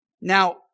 Now